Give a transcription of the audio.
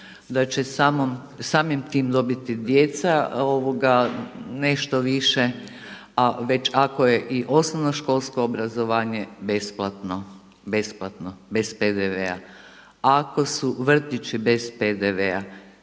da će samim tim dobiti djeca nešto više, a ako je i osnovno školsko obrazovanje besplatno, bez PDV-a. A ako su vrtići bez PDV-a